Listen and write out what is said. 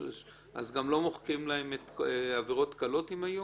אז גם לא מוחקים להם עבירות קלות אם היו?